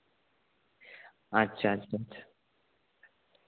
ᱟᱪᱪᱷᱟ ᱟᱪᱪᱷᱟ